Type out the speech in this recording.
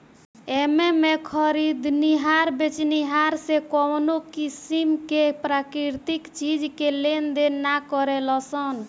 एमें में खरीदनिहार बेचनिहार से कवनो किसीम के प्राकृतिक चीज के लेनदेन ना करेलन सन